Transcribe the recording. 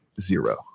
Zero